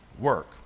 work